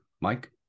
Mike